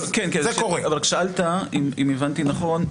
זה קורה שאלת אם הבנתי נכון,